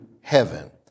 heaven